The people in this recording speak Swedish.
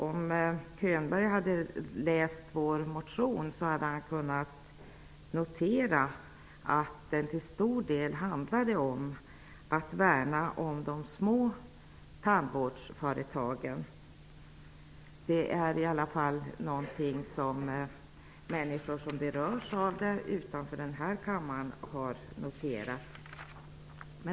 Om Bo Könberg hade läst vår motion hade han kunnat notera att den till stor del handlar om att värna de små tandvårdsföretagen. Det är i alla fall någonting som människor utanför den här kammaren som berörs av det har noterat.